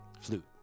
Flute